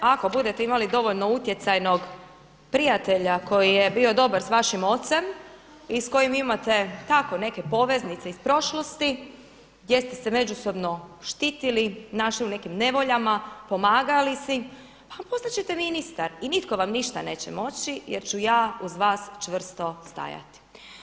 Ako budete imali dovoljno utjecajnog prijatelja koji je bio dobar sa vašim ocem i sa kojim imate tako neke poveznice iz prošlosti, gdje ste se međusobno štitili, našli u nekim nevoljama, pomagali si pa postat ćete ministar i nitko vam ništa neće moći jer ću ja uz vas čvrsto stajati.